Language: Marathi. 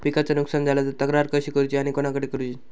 पिकाचा नुकसान झाला तर तक्रार कशी करूची आणि कोणाकडे करुची?